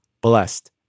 Blessed